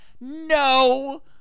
no